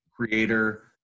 creator